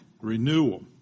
renewal